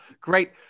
Great